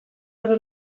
ordu